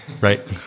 right